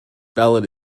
ballad